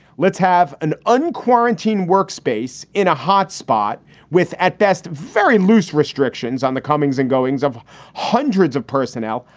let's have an uncooperative workspace in a hot spot with at best very loose restrictions on the comings and goings of hundreds of personnel.